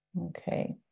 Okay